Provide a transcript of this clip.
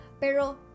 Pero